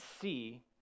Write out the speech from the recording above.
see